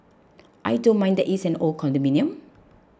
I don't mind that it is an old condominium